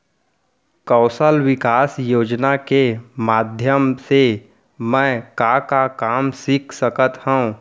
कौशल विकास योजना के माधयम से मैं का का काम सीख सकत हव?